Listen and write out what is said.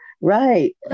Right